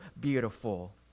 beautiful